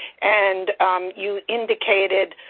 and you indicated,